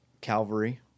Calvary